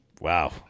Wow